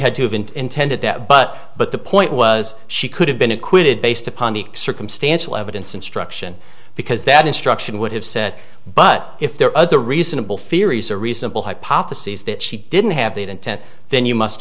had to have and intended that but but the point was she could have been acquitted based upon the circumstantial evidence instruction because that instruction would have said but if there are other reasonable firies or reasonable hypotheses that she didn't have that intent then you must